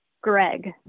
Greg